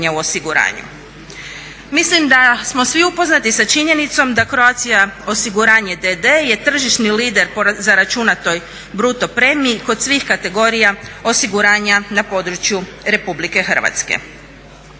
Mislim da smo svi upoznati sa činjenicom da Croatia osiguranje d.d. je tržišni lider zaračunatoj bruto premiji kod svih kategorija osiguranja na području RH.